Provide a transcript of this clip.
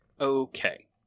Okay